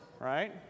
right